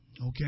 Okay